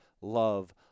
love